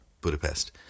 Budapest